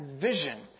vision